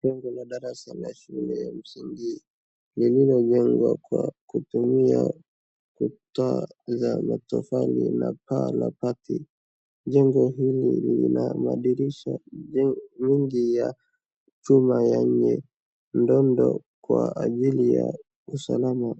Jengo la darasa la shule ya msingi, lililojengwa kwa kutumia kuta za matofali na paa la bati. Jengo hili lina madirisha mengi ya chuma yenye ndondo kwa ajili ya usalama.